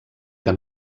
que